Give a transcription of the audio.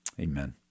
amen